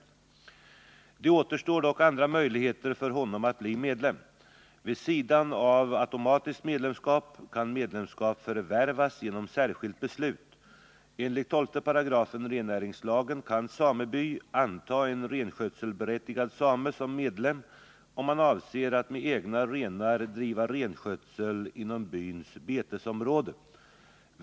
Det återstår dock andra möjligheter för honom att bli medlem. Vid sidan av automatiskt medlemskap kan medlemskap förvärvas genom särskilt beslut. Enligt 12 § rennäringslagen kan sameby anta en renskötselberättigad same som medlem om han avser att med egna renar driva renskötsel inom byns betesområde.